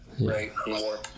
right